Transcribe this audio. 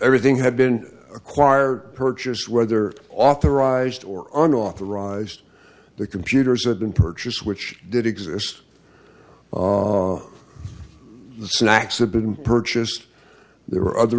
everything had been acquired purchased whether authorized or unauthorized the computers had been purchased which did exist the snacks a been purchased there were other